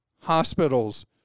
hospitals